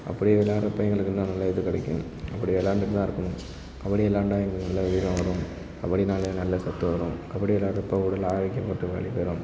அப்படி விளாட்றப்ப எங்களுக்கு இன்னும் நல்லா இது கிடைக்கும் அப்படி விளாண்டுட்டு தான் இருக்கணும் கபடி விளாண்டா எங்களுக்கு நல்ல வீரம் வரும் கபடினால் நல்ல சத்து வரும் கபடி விளாட்றப்ப உடல் ஆரோக்கியம் பெற்று வலிமை பெரும்